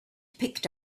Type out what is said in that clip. picked